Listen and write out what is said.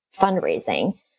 fundraising